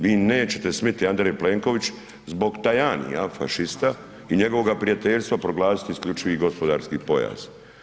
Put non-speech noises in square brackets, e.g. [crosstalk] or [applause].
Vi nećete ... [unintelligible] Andrej Plenković zbog Tajania, fašista i njegovog prijateljstva proglasiti isključivi gospodarski pojas.